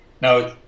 Now